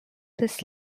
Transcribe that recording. this